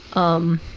um,